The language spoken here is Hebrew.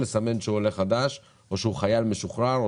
הסימון שהוא עולה חדש או שהוא חייל משוחרר או